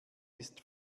ist